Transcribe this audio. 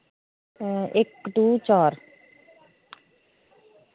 इक्क टू चार